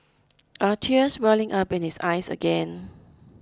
are tears welling up in his eyes again